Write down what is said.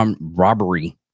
robbery